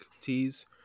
tees